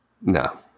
No